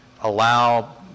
allow